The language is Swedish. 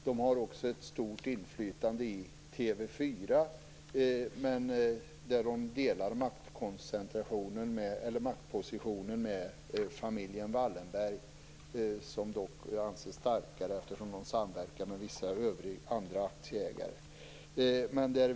De har också ett stort inflytande i TV 4, men där delar de maktpositionen med familjen Wallenberg, som dock anses starkare eftersom den samverkar med vissa andra aktieägare.